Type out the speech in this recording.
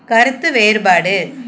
கருத்து வேறுபாடு